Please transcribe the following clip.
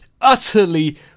Utterly